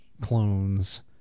clones